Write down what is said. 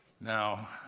Now